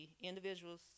individual's